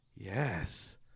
Yes